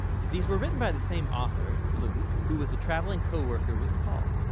these were written by the same author, luke, who was the traveling co-worker with paul.